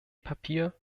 papier